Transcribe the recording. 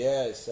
Yes